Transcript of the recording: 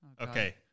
Okay